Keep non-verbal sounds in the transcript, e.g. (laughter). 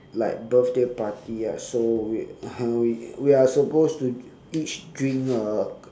like birthday party ah so we (noise) we are supposed to each drink a